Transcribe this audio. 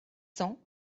cents